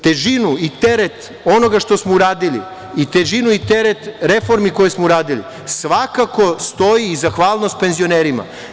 Težinu i teret onoga što smo uradili i težinu i teret reformi koje smo uradili, svakako stoji i zahvalnost penzionerima.